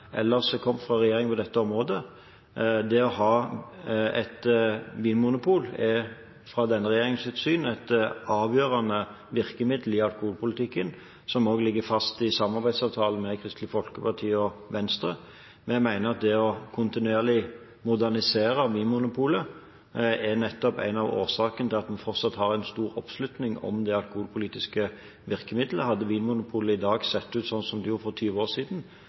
fra regjeringen på dette området. Det å ha et vinmonopol er ut fra denne regjeringens syn et avgjørende virkemiddel i alkoholpolitikken som også ligger fast i samarbeidsavtalen med Kristelig Folkeparti og Venstre. Jeg mener at det å kontinuerlig modernisere Vinmonopolet er nettopp en av årsakene til at en fortsatt har en stor oppslutning om det alkoholpolitiske virkemidlet. Hadde Vinmonopolet i dag sett ut sånn som det gjorde for 20 år siden,